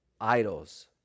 idols